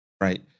Right